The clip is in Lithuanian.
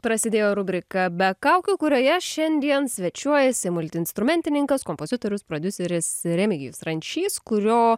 prasidėjo rubrika be kaukių kurioje šiandien svečiuojasi multiinstrumentininkas kompozitorius prodiuseris remigijus rančys kurio